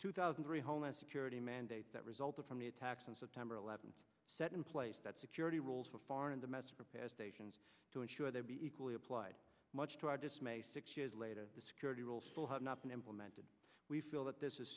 two thousand three homeland security mandate that resulted from the attacks on september eleventh set in place that security rules for foreign domestic stations to ensure they'll be equally applied much to our dismay six years later security will still have not been implemented we feel that this is